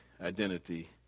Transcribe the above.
identity